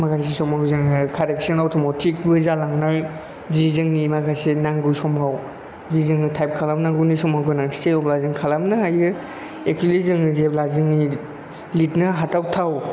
माखासे समाव जोङो कारेकस'नाव अट'मेटिकबो जालांनाय जि जोंनि माखासे नांगौ समाव जि जोङो टाइप खालामनांगौनि समाव गोनांथि जायो अब्ला जों खालामनो हायो एकसुलि जोङो जेब्ला जोंनि लिरनो हाथावथाव